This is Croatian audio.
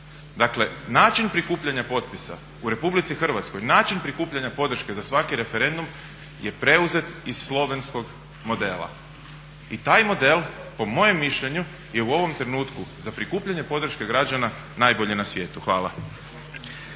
Dakle, način prikupljanja potpisa u RH, način prikupljanja podrške za svaki referendum je preuzet iz slovenskog modela i taj model po mojem mišljenju je u ovom trenutku za prikupljanje podrške građana najbolje na svijetu. Hvala.